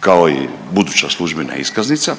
kao i buduća službena iskaznica